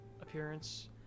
appearance